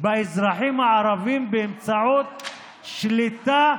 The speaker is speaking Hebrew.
באזרחים הערבים באמצעות שליטה,